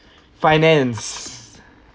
finance